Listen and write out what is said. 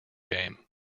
game